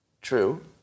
True